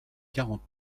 quarante